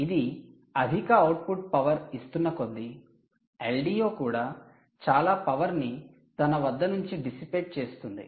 ఇది అధిక output power ఇస్తున్నకొద్దీ LDO కూడా చాలా పవర్ ని తన వద్ద నుంచి డిసిపెట్ చేస్తుంది